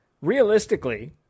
realistically